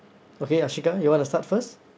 okay ashika you want to start first